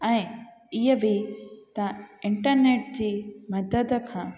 ऐं इहे बि तव्हां इंटरनेट जी मदद खां